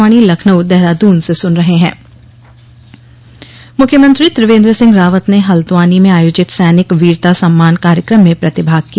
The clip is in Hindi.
वीरता सम्मान मुख्यमंत्री त्रिवेन्द्र सिंह रावत ने हल्द्वानी में आयोजित सैनिक वीरता सम्मान कार्यक्रम में प्रतिभाग किया